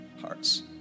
hearts